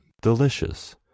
delicious